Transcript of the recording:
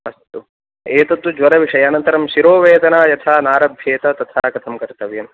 अस्तु एतत्तु ज्वरविषये अनन्तरं शिरोवेदना यथा नारभ्येत तथा कथं कर्तव्यं